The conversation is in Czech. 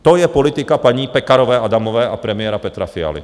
To je politika paní Pekarové Adamové a premiéra Petra Fialy.